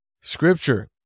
Scripture